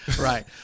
right